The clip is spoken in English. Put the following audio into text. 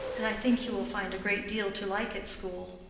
and i think you will find a great deal to like at school.